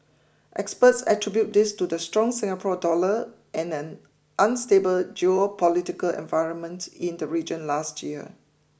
experts attribute this to the strong Singapore dollar and an unstable geopolitical environment in the region last year